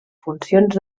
funcions